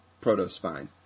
proto-spine